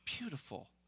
beautiful